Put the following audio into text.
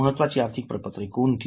महत्त्वाची आर्थिक प्रपत्रे कोणती